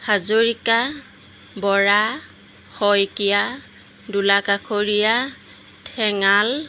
হাজৰিকা বৰা শইকীয়া দুলা কাষৰীয়া ঠেঙাল